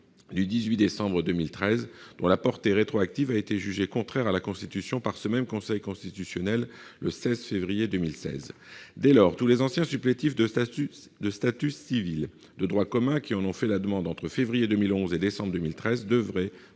du 18 décembre 2013, dont la portée rétroactive a été jugée contraire à la Constitution par le Conseil constitutionnel, le 16 février 2016. Dès lors, tous les anciens supplétifs de statut civil de droit commun qui en ont fait la demande entre les mois de février 2011 et de décembre 2013 devraient